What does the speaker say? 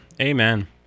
amen